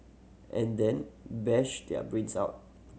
and then bash their brains out